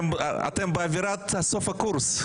אתם באווירת סוף קורס.